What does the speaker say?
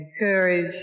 encourage